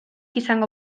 izango